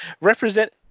represent